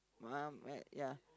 um uh ya